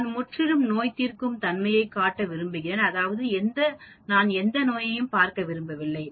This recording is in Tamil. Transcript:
நான் முற்றிலும் நோய் தீர்க்கும் தன்மையைக் காட்ட விரும்புகிறேன்அதாவது நான் எந்த நோயையும் பார்க்க விரும்பவில்லை